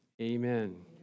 amen